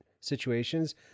situations